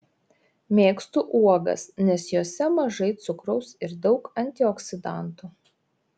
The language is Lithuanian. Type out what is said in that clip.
mėgstu uogas nes jose mažai cukraus ir daug antioksidantų